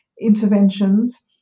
interventions